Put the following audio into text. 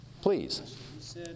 Please